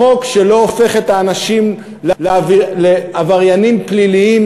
לחוק שלא הופך את האנשים לעבריינים פליליים